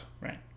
Right